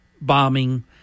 bombing